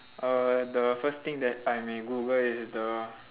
err the first thing that I may google is the